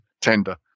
tender